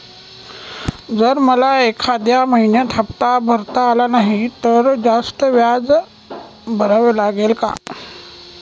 जर मला एखाद्या महिन्यात हफ्ता भरता आला नाही तर जास्त व्याज भरावे लागेल का?